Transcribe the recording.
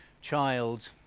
child